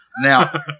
Now